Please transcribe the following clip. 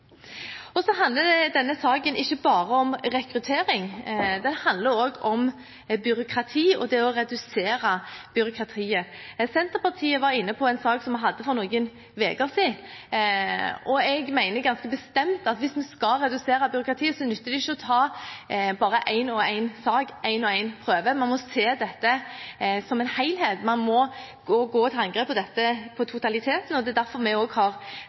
om byråkrati og det å redusere byråkratiet. Senterpartiet var inne på det i en sak som vi hadde for et par uker siden, og jeg mener ganske bestemt at hvis en skal redusere byråkratiet, nytter det ikke å ta bare en og en sak og en og en prøve. Man må se dette som en helhet, man må gå til angrep på totaliteten. Det er derfor vi også har sagt at vi må ha et konkret mål. Hvis det er sånn at Høyre bekymrer seg for at vi når vi har